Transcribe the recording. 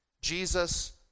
Jesus